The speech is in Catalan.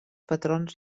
patrons